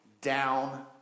down